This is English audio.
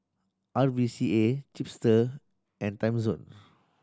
R V C A Chipster and Timezone